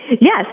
Yes